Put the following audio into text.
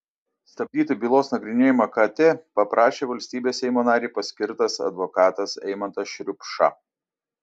stabdyti bylos nagrinėjimą kt paprašė valstybės seimo narei paskirtas advokatas eimantas šriupša